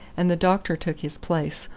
and the doctor took his place,